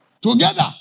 Together